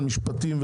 משפטים,